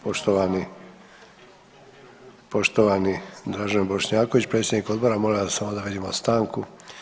Poštovani, poštovani Dražen Bošnjaković, predsjednik odbora, molim vas samo da vidimo stanku.